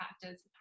practice